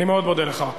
אני מאוד מודה לך.